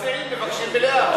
המציעים מבקשים מליאה.